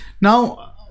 now